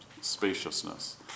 spaciousness